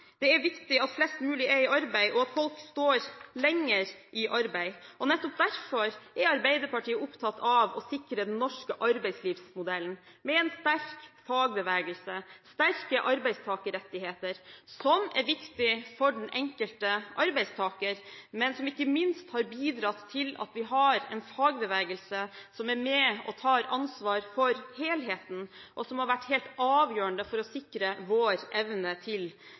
er det viktig at flest mulig er i arbeid, og at folk står lenger i arbeid. Nettopp derfor er Arbeiderpartiet opptatt av å sikre den norske arbeidslivsmodellen, med en sterk fagbevegelse og sterke arbeidstakerrettigheter, som er viktig for den enkelte arbeidstaker, men som ikke minst har bidratt til at vi har en fagbevegelse som er med og tar ansvar for helheten, og som har vært helt avgjørende for å sikre vår evne og vilje til